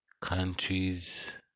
countries